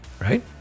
right